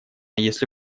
если